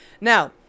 Now